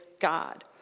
God